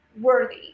worthy